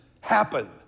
happen